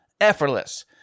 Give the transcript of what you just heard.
effortless